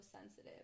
sensitive